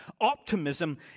Optimism